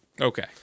Okay